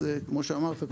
אז כמו שאמרת,